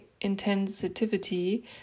intensity